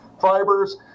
fibers –